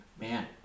Man